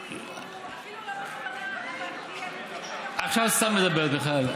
אפילו לא בכוונה, עכשיו את סתם מדברת בכלל.